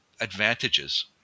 advantages